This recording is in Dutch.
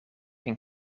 een